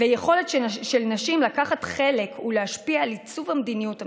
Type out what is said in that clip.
ויכולת של נשים לקחת חלק ולהשפיע על עיצוב המדיניות הממשלתית.